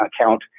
account